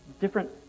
different